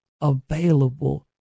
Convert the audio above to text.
available